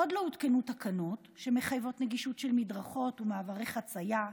עוד לא הותקנו תקנות שמחייבות נגישות של מדרכות ומעברי חציה,